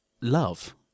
love